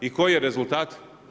I koji je rezultat?